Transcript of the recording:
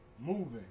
moving